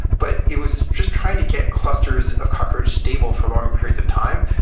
but it was just trying to get clusters of cockroach stable for long periods of time.